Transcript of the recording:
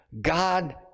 God